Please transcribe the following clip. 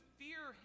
fear